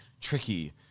tricky